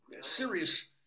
serious